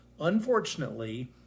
Unfortunately